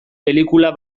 pelikula